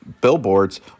billboards